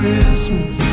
Christmas